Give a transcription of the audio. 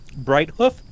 Brighthoof